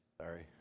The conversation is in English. Sorry